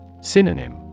Synonym